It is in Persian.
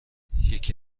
یکی